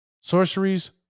Sorceries